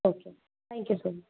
okay thank you so much